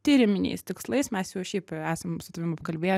tyriaminiais tikslais mes jau šiaip esam su tavim apkalbėję